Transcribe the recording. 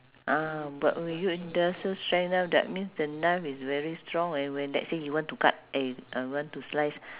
ah but when use industrial strength ah that means the knife is very strong and when let's say when you want to cut eh uh want to slice